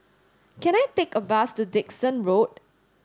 can I take a bus to Dickson Road